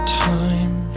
time